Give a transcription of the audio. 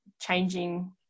changing